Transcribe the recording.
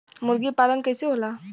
मुर्गी पालन कैसे होला?